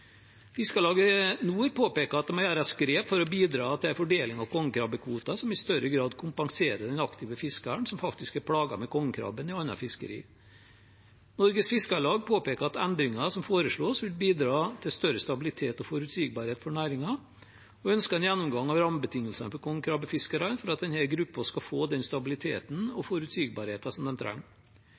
at det må tas grep for å bidra til en fordeling av kongekrabbekvoten som i større grad kompenserer den aktive fiskeren som faktisk er plaget med kongekrabben i annet fiskeri. Norges Fiskarlag påpeker at endringene som foreslås, vil bidra til større stabilitet og forutsigbarhet for næringen, og ønsker en gjennomgang av rammebetingelsene for kongekrabbefiskerne for at denne gruppen skal få den stabiliteten og forutsigbarheten som de trenger.